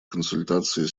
консультации